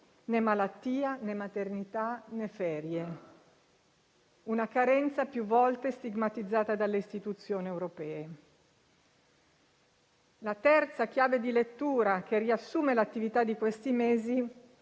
(né malattia, né maternità, né ferie), una carenza più volte stigmatizzata dalle Istituzioni europee. La terza chiave di lettura che riassume l'attività di questi mesi